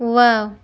wow